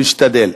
משתדל.